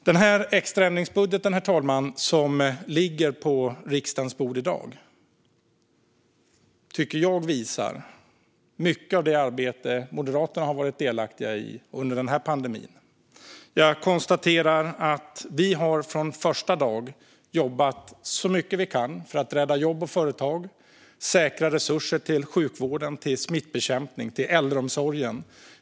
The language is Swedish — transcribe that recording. Den extra ändringsbudget som ligger på riksdagens bord i dag tycker jag visar mycket av det arbete Moderaterna har varit delaktiga i under den här pandemin. Jag konstaterar att vi från första dagen har jobbat så mycket vi kan för att rädda jobb och företag och för att säkra resurser till sjukvården, smittbekämpningen och äldreomsorgen.